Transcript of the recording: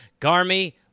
Garmy